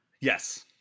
Yes